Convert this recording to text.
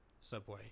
subway